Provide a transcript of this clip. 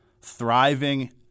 thriving